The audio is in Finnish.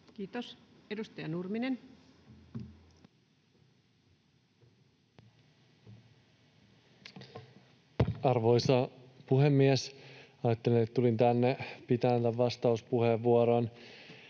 Kiitos. — Edustaja Nurminen. Arvoisa puhemies! Ajattelin, että tulen tänne pitämään tämän vastauspuheenvuoron.